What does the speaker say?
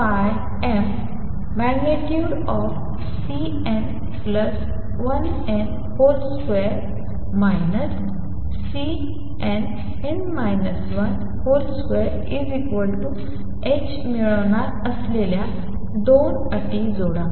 आणि तुम्ही 4πm।Cn1n ।2 ।Cnn 1 ।2h मिळवणार असलेल्या 2 अटी जोडा